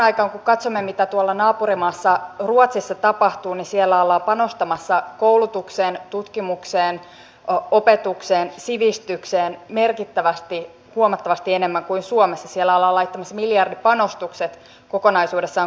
kun katsomme mitä samaan aikaan tuolla naapurimaassa ruotsissa tapahtuu siellä ollaan panostamassa koulutukseen tutkimukseen opetukseen sivistykseen merkittävästi huomattavasti enemmän kuin suomessa siellä ollaan laittamassa miljardipanostukset kokonaisuudessaan koulutukseen